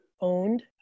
owned